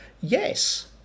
Yes